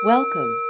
Welcome